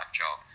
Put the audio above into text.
job